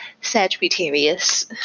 Sagittarius